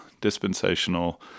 dispensational